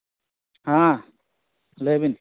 ᱦᱮᱸ ᱞᱟᱹᱭ ᱵᱤᱱ